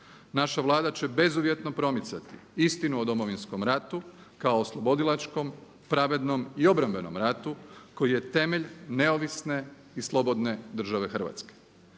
Naša Vlada će bezuvjetno promicati istinu o Domovinskom ratu kao o oslobodilačkom, pravednom i obrambenom ratu koji je temelj neovisne i slobodne države Hrvatske.